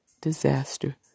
disaster